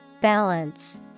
Balance